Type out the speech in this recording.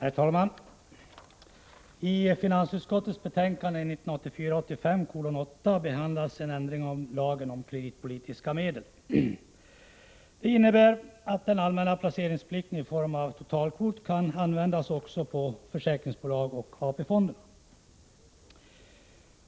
Herr talman! I finansutskottets betänkande 1984/85:8 behandlas ett förslag till ändring av lagen om kreditpolitiska medel. Det innebär att den allmänna placeringsplikten i form av totalkvot kan användas också på försäkringsbolag och AP-fonderna.